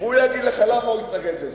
והוא יגיד לך למה הוא התנגד לזה.